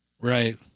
Right